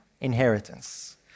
inheritance